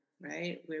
right